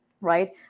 right